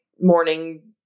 morning